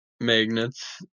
magnets